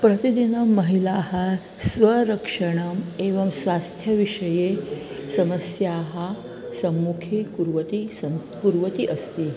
प्रतिदिनं महिलाः स्वरक्षणम् एवं स्वास्थ्यविषये समस्याः सम्मुखीकुर्वत्यः सन्ति कुर्वत्यः अस्ति